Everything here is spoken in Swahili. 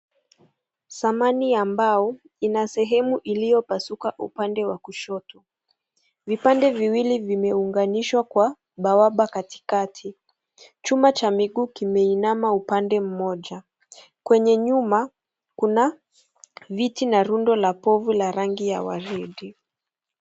Samani ya mbao ina sehemu iliyopasuka upande wa kushoto. Vipande viwili vimeunganishwa kwa bawaba. Katikati chuma cha miguu kimeinama upande mmoja. Kwenye nyuma kuna viti na rundo la povu la rangi ya waridi.